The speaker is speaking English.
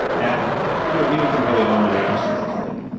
and you know even from early on there were questions of like,